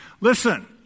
Listen